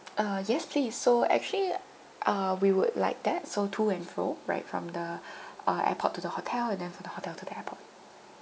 uh yes please so actually uh we would like that so to and fro right from the uh airport to the hotel and then for the hotel to the airport